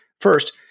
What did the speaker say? First